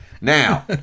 Now